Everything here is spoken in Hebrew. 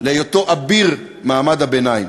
להיות אביר מעמד הביניים.